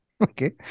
Okay